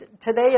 today